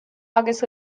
agus